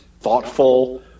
thoughtful